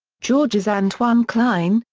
georges-antoine klein,